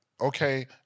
okay